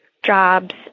jobs